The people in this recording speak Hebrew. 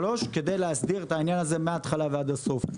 שלוש כדי להסדיר את העניין הזה מהתחלה ועד הסוף.